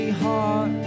heart